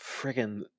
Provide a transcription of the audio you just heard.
friggin